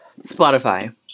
Spotify